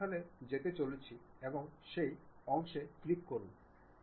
এখন বৈশিষ্ট্যগুলিতে যান আমি কি করতে চাই